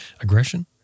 aggression